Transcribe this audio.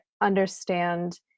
understand